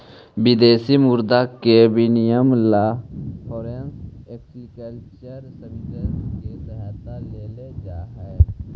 विदेशी मुद्रा के विनिमय ला फॉरेन एक्सचेंज सर्विसेस के सहायता लेल जा हई